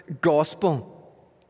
gospel